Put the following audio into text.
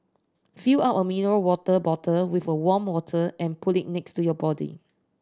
fill up a mineral water bottle with a warm water and put it next to you body